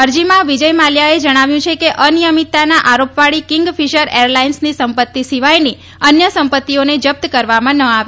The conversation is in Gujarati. અરજીમાં વિજય માલ્યાએ જણાવ્યું છે કે અનિયમિતતાના આભાર નિહારીકા રવિયા આરોપવાળી કિંગફિશર એરલાઈન્સની સંપત્તિ સિવાયની અન્ય સંપત્તિઓને જપ્ત કરવામાં ન આવે